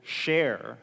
share